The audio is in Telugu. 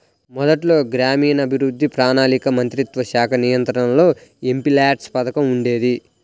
మొదట్లో గ్రామీణాభివృద్ధి, ప్రణాళికా మంత్రిత్వశాఖ నియంత్రణలో ఎంపీల్యాడ్స్ పథకం ఉండేది